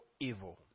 evil